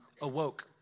awoke